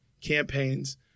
campaigns